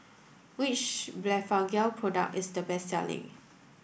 which Blephagel product is the best selling